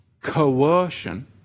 coercion